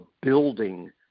building